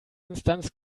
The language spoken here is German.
instanz